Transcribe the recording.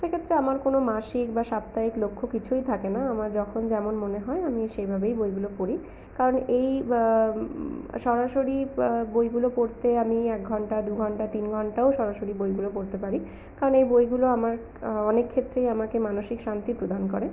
সেক্ষেত্রে আমার কোনও মাসিক বা সাপ্তাহিক লক্ষ্য কিছুই থাকে না আমার যখন যেমন মনে হয় আমি সেভাবেই বইগুলো পড়ি কারণ এই সরাসরি বইগুলো পড়তে আমি এক ঘন্টা দু ঘন্টা তিন ঘন্টাও সরাসরি বইগুলো পড়তে পারি কারণ এই বইগুলো আমার অনেক ক্ষেত্রেই আমাকে মানসিক শান্তি প্রদান করে